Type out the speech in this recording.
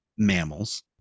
mammals